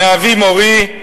מאבי מורי,